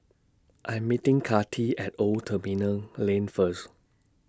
I'm meeting Kathi At Old Terminal Lane First